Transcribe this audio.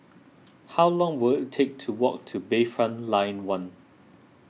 how long will it take to walk to Bayfront Lane one